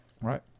Right